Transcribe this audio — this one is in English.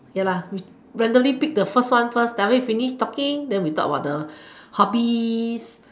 ya randomly pick the first one first then after finish talking then we talk about the hobbies